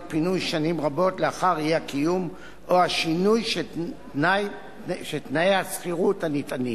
פינוי שנים רבות לאחר האי-קיום או השינוי של תנאי השכירות הנטענים.